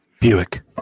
Buick